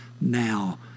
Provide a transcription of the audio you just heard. now